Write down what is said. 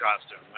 costume